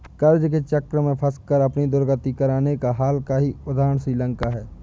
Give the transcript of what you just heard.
कर्ज के चक्र में फंसकर अपनी दुर्गति कराने का हाल का ही उदाहरण श्रीलंका है